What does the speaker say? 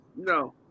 No